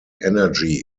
energy